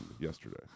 yesterday